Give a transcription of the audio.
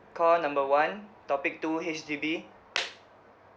call number one topic two H_D_B